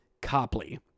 Copley